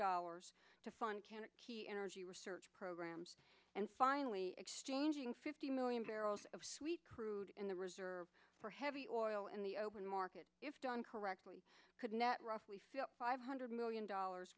dollars to fund can a key energy research programs and finally exchanging fifty million barrels of sweet crude in the reserves for heavy oil in the open market if done correctly could net roughly five hundred million dollars